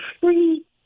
free